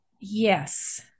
Yes